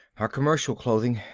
our commercial clothing.